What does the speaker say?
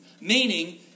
Meaning